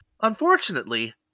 Unfortunately